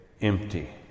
empty